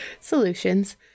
Solutions